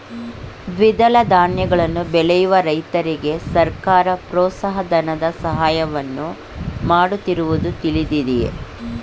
ದ್ವಿದಳ ಧಾನ್ಯಗಳನ್ನು ಬೆಳೆಯುವ ರೈತರಿಗೆ ಸರ್ಕಾರ ಪ್ರೋತ್ಸಾಹ ಧನದ ಸಹಾಯವನ್ನು ಮಾಡುತ್ತಿರುವುದು ತಿಳಿದಿದೆಯೇ?